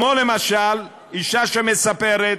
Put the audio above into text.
למשל, אישה שמספרת